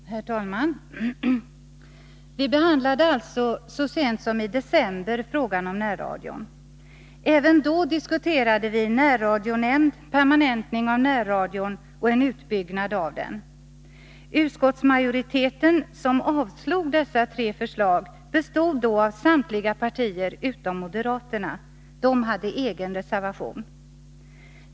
Herr talman! Vi behandlade alltså så sent som i december frågan om närradion. Även då diskuterade vi närradionämnd, permanentning av närradion och en utbyggnad av den. Utskottsmajoriteten, som avstyrkte dessa tre förslag, bestod då av samtliga partier utom moderaterna. De hade en egen reservation.